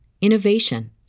innovation